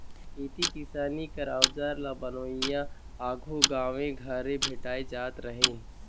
खेती किसानी कर अउजार ल बनोइया आघु गाँवे घरे भेटाए जात रहिन